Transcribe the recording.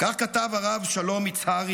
כך כתב הרב שלום יצהרי,